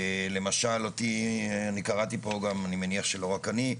למשל אותי, אני קראתי פה, אני מניח שלא רק אני,